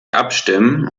abstimmen